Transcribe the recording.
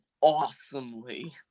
awesomely